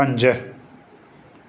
पंज